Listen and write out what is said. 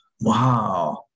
Wow